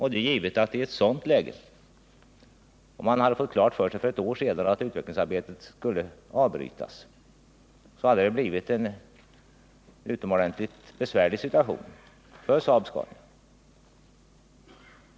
Hade man i ett sådant läge för ett år sedan fått klart för sig att utvecklingsarbetet skulle avbrytas, är det givet att det hade uppstått en besvärlig situation för Saab-Scania.